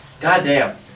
goddamn